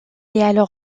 alors